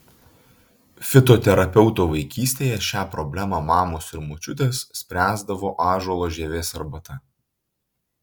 fitoterapeuto vaikystėje šią problemą mamos ir močiutės spręsdavo ąžuolo žievės arbata